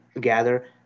gather